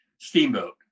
Steamboat